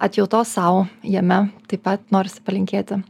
atjautos sau jame taip pat norisi palinkėti